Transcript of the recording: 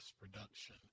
production